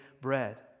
bread